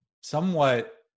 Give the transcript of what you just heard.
somewhat